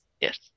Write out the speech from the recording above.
Yes